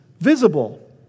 visible